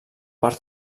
per